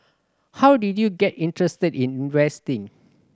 how did you get interested in investing